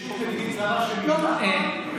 ישות מדינית זרה שממנה פעם?